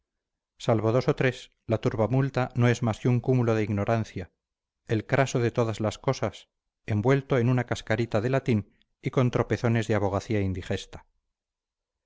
salvo dos o tres la turbamulta no es más que un cúmulo de ignorancia el craso de todas las cosas envuelto en una cascarita de latín y con tropezones de abogacía indigesta